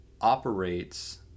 operates